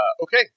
Okay